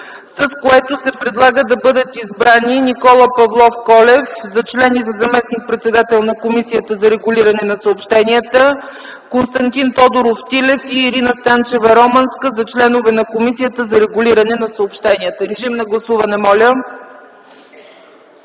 с което се предлага да бъдат избрани Никола Павлов Колев – за член и заместник-председател на Комисията за регулиране на съобщенията, Константин Тодоров Тилев и Ирина Станчева Романска за членове на Комисията за регулиране на съобщенията. Гласували